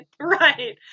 right